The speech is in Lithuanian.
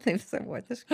taip savotiškai